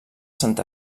sant